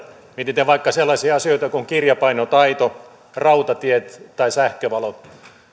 mietitään vaikka sellaisia asioita kuin kirjapainotaito rautatiet tai sähkövalot